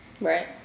right